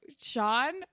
Sean